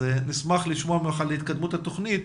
אז נשמח לשמוע ממך על התקדמות התוכנית.